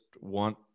want